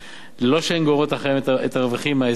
ללא שהן גוררות אחריהן את הרווחים מההסדר הישן.